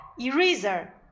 Eraser